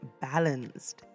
balanced